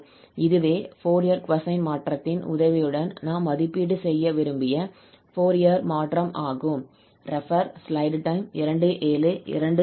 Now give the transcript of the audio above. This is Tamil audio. இதுவே ஃபோரியர் கொசைன் மாற்றத்தின் உதவியுடன் நாம் மதிப்பீடு செய்ய விரும்பிய ஃபோரியர் மாற்றம் ஆகும்